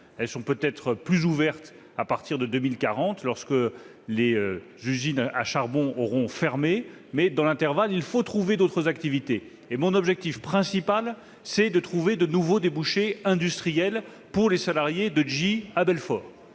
seront-elles plus ouvertes à compter de 2040, lorsque les usines à charbon auront fermé, mais, dans l'intervalle, il faut trouver d'autres activités. Mon objectif principal est de trouver de nouveaux débouchés industriels pour les salariés de GE à Belfort.